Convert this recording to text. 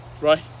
right